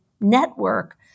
network